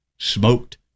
smoked